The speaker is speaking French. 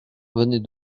venait